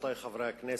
רבותי חברי הכנסת,